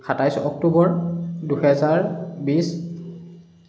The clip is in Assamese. সাতাইছ অক্টোবৰ দুহেজাৰ বিছ